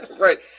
Right